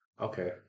Okay